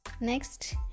Next